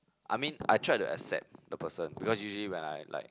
I mean I tried to accept the person because usually when I like